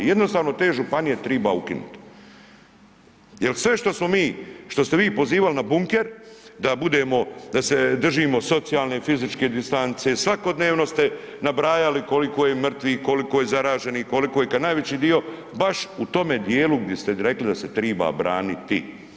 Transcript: Jednostavno te županije triba ukinuti jer sve što smo mi, što ste vi pozivali na bunker, da budemo, da se držimo socijalne i fizičke distance, svakodnevno ste nabrajali koliko je mrtvih, koliko je zaraženih, koliko je, kad najveći dio baš u tome dijelu gdje ste rekli da se triba braniti.